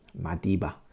Madiba